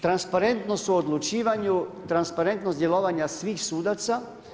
Transparentnost u odlučivanju, transparentnost djelovanja svih sudaca.